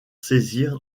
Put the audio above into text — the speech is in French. saisir